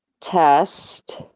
test